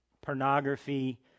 pornography